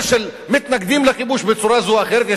של מתנגדים לכיבוש בצורה זו או אחרת,